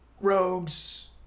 Rogue's